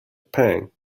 pang